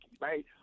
right